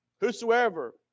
Whosoever